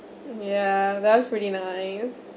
yeah that was pretty nice